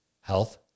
health